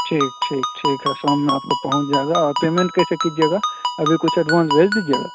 ठीक ठीक ठीक है शाम में आपको पहुँच जाएगा और पेमेंट कैसे कीजिएगा अभी कुछ एडवांस भेज दीजिएगा